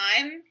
time